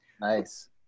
Nice